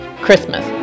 Christmas